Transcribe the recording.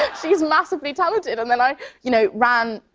ah she's massively talented, and then i you know ran,